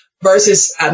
versus